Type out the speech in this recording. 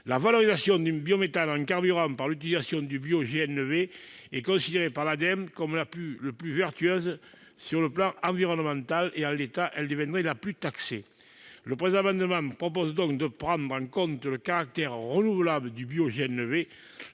La valorisation du biométhane en carburant par l'utilisation du bioGNV est considérée par l'ADEME comme la plus vertueuse sur le plan environnemental. En l'état, elle deviendrait la plus taxée. Le présent amendement tend donc à prendre en compte le caractère renouvelable du bioGNV